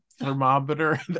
thermometer